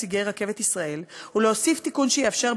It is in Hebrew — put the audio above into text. נציגי "רכבת ישראל" ולהוסיף תיקון שיאפשר,